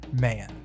man